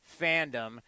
fandom